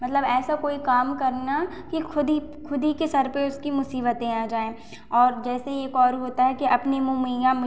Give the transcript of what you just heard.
मतलब ऐसा कोई काम करना कि ख़ुद ही ख़ुद ही के सर पे उसकी मुसीबतें आ जाएँ और जैसे एक और होता है कि अपनी मुँह मियाँ मिट्ठू